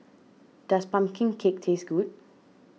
does Pumpkin Cake taste good